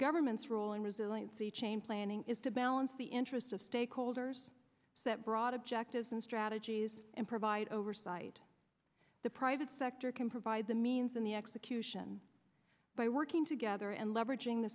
government's role and resiliency chain planning is to balance the interests of stakeholders that broad objectives and strategies and provide oversight the private sector can provide the means in the execution by working together and leveraging the